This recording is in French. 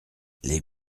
les